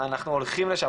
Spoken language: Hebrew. אנחנו הולכים לשם,